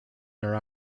their